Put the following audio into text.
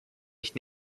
ich